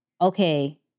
okay